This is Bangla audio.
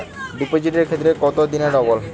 ডিপোজিটের ক্ষেত্রে কত দিনে ডবল?